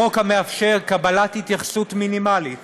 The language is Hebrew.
חוק המאפשר קבלת התייחסות מינימלית